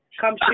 Come